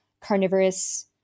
carnivorous